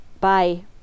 Bye